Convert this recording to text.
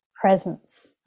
presence